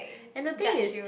and the thing is